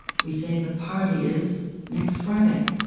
we say the party is next friday